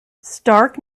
stark